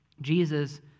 Jesus